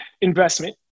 investment